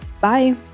Bye